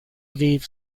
aviv